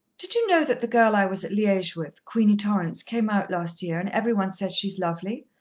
did you know that the girl i was at liege with, queenie torrance, came out last year, and every one says she's lovely?